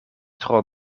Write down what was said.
tro